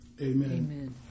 Amen